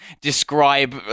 describe